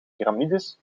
piramides